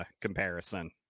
comparison